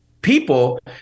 people